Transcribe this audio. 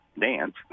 dance